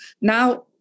Now